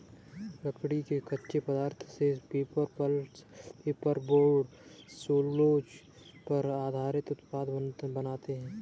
लकड़ी के कच्चे पदार्थ से paper, pulp, paper board, cellulose पर आधारित उत्पाद बनाते हैं